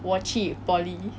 我去 poly